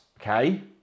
okay